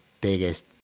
biggest